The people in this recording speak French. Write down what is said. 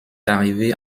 arrivé